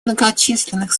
многочисленных